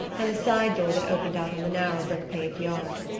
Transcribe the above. and the side door that opened out on the narrow brick-paved yard.